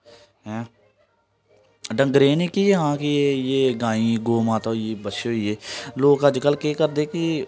ऐं डंगरें ई ना केह् हा कि एह् गाईं गौऽ माता होई बच्छे होइये लोक अज्ज कल केह् करदे कि